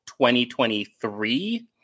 2023